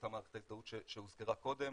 באותה מערכת ההזדהות שהוזכרה קודם,